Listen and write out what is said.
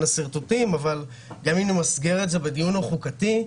השרטוטים אבל גם אם נמסגר את זה בדיון החוקתי,